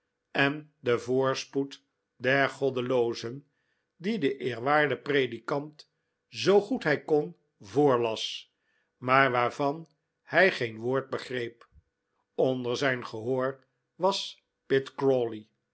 en den voorspoed der goddeloozen die de eerwaarde predikant zoo goed hij kon voorlas maar waarvan hij geen woord begreep onder zijn gehoor was